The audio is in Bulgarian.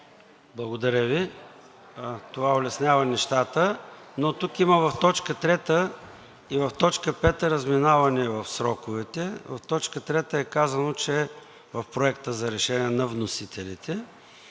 Благодаря Ви. Това улеснява нещата. Но тук има в т. 3 и в т. 5 разминаване в сроковете. В т. 3 е казано в Проекта за решене на вносителите,